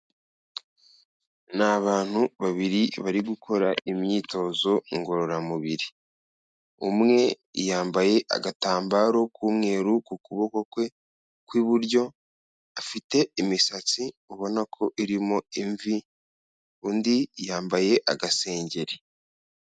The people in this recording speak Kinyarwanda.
Ni abantu babiri, bari gukora imyitozo ngororamubiri. Umwe yambaye agatambaro k'umweru ku kuboko kwe kw'iburyo, afite imisatsi ubona ko irimo imvi, undi yambaye agasengeri.